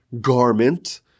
garment